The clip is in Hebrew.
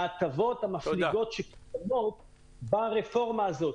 מההטבות המפליגות שקיימות ברפורמה הזאת.